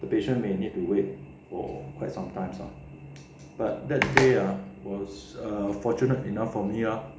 the patient may need to wait for quite some times ah but that day ah was fortunate enough for me ah